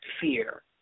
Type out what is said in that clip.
fear